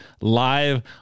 live